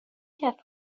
کرد